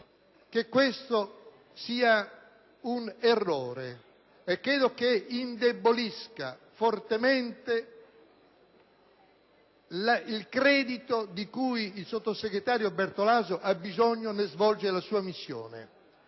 che questo sia un errore che indebolisce fortemente il credito di cui il sottosegretario Bertolaso ha bisogno per svolgere la sua missione.